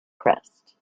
crest